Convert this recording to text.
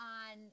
on